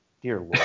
Dear